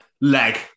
Leg